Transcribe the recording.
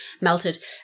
melted